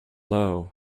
low